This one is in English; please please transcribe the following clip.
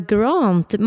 Grant